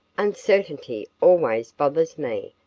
uncertainty always bothers me,